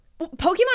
Pokemon